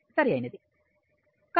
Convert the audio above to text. సరైనది